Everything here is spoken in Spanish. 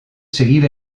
seguir